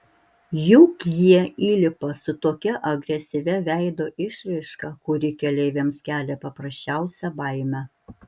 juk jie įlipa su tokia agresyvia veido išraiška kuri keleiviams kelia paprasčiausią baimę